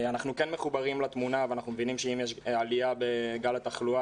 אנחנו כן מחוברים לתמונה ומבינים שאם יש עלייה בתחלואה